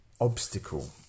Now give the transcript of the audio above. obstacle